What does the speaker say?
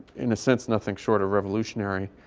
in a sense, nothing short of revolutionary.